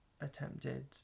attempted